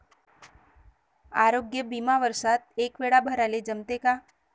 आरोग्य बिमा वर्षात एकवेळा भराले जमते का?